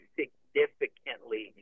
significantly